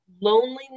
loneliness